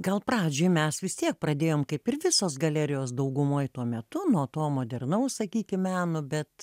gal pradžioj mes vis tiek pradėjom kaip ir visos galerijos daugumoj tuo metu nuo to modernaus sakykim meno bet